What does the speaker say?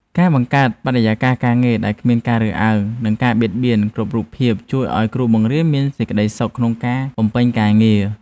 ការបង្កើតបរិយាកាសការងារដែលគ្មានការរើសអើងនិងការបៀតបៀនគ្រប់រូបភាពជួយឱ្យគ្រូបង្រៀនមានសេចក្តីសុខក្នុងការ បំពេញការងារ។